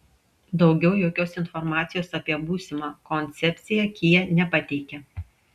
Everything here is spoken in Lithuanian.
daugiau jokios informacijos apie būsimą koncepciją kia nepateikia